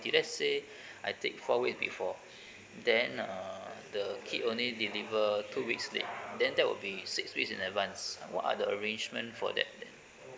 let's say I take four week before then uh the kid only deliver two weeks late then that will be six week in advance uh what are the arrangement for that